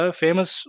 famous